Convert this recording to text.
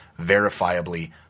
verifiably